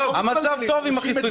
המצב טוב עם החיסונים.